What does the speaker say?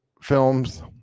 films